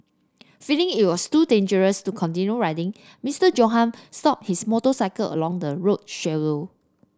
feeling it was too dangerous to continue riding Mister Johann stopped his motorcycle along the road